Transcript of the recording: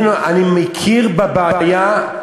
אני מכיר בבעיה,